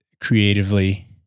creatively